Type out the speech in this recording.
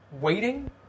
Waiting